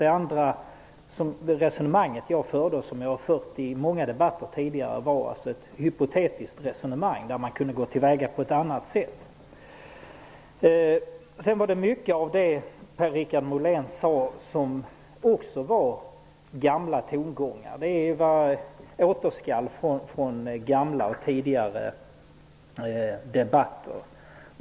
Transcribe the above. Det andra resonemang som jag förde och som jag även har fört i många tidigare debatter var hypotetiskt -- man kan också gå till väga på ett annat sätt. Mycket av det som Per-Richard Molén sade var gamla tongångar, återskall från tidigare debatter.